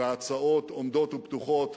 וההצעות עומדות ופתוחות.